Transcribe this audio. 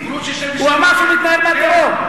הוא אמר שהוא מתנער מהטרור?